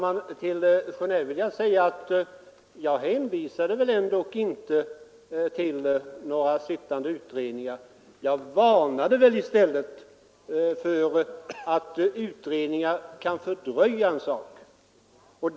Herr talman! Jag hänvisade ju inte till några sittande utredningar, herr Sjönell, utan jag varnade tvärtom för att utredningar kan fördröja ett ärende.